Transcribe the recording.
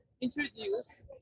introduce